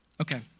Okay